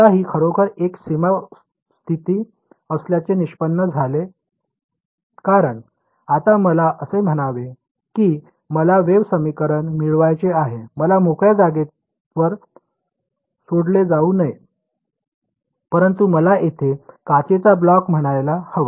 आता ही खरोखर एक सीमा स्थिती असल्याचे निष्पन्न झाले कारण आता मला असे म्हणावे की मला वेव्ह समीकरण मिळवायचे आहे मला मोकळ्या जागेवर सोडले जाऊ नये परंतु मला येथे काचेचा ब्लॉक म्हणायला हवा